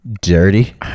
dirty